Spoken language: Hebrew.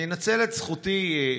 אני אנצל את זכותי,